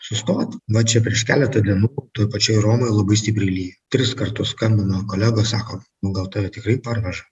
sustot va čia prieš keletą dienų toj pačioj romoj labai stipriai lyja tris kartus skambino kolegos sako nu gal tave tikrai parveža